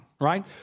right